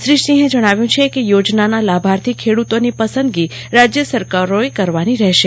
શ્રી સિંહે જણાવ્યું છે કે યોજનાના લાભાર્થી ખેડૂતોની પસંદગી રાજ્ય સરકારોએ કરવાની રહેશે